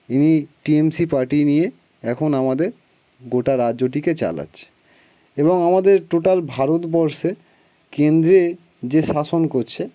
ইনি TMC party নিয়ে এখন আমাদের গোটা রাজ্যটিকে চালাচ্ছে এবং আমাদের টোটাল ভারতবর্ষে কেন্দ্রে যে শাসন করছে